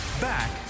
Back